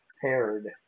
paired